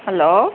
hello